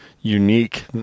unique